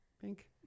Pink